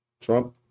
Trump